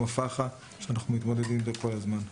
הפח"ע שאנחנו מתמודדים אתו כל הזמן.